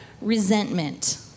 resentment